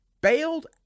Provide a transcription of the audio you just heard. bailed